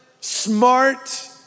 smart